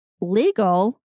legal